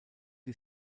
die